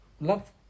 love